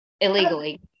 Illegally